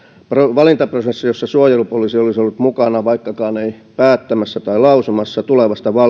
valintaprosessi jossa suojelupoliisi olisi ollut mukana vaikkakaan ei päättämässä tai lausumassa tulevasta